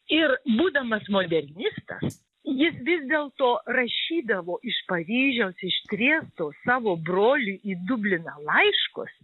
ir būdamas modernistas jis vis dėlto rašydavo iš paryžiaus iš triesto savo broliui į dubliną laiškus